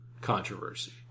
controversy